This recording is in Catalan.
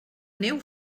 neu